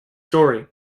story